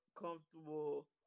comfortable